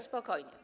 Spokojnie.